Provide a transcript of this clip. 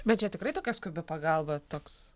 bet čia tikrai tokia skubi pagalba toks